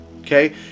okay